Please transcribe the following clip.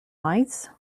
lights